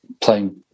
playing